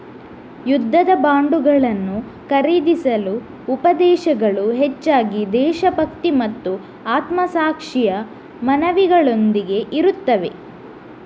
ಯುದ್ಧದ ಬಾಂಡುಗಳನ್ನು ಖರೀದಿಸಲು ಉಪದೇಶಗಳು ಹೆಚ್ಚಾಗಿ ದೇಶಭಕ್ತಿ ಮತ್ತು ಆತ್ಮಸಾಕ್ಷಿಯ ಮನವಿಗಳೊಂದಿಗೆ ಇರುತ್ತವೆ